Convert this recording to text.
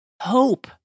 Hope